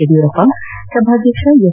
ಯಡಿಯೂರಪ್ಪ ಸಭಾಧ್ಯಕ್ಷ ಎಸ್